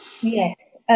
Yes